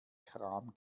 kram